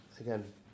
again